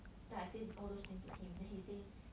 then I say all those thing to him then he say